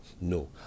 no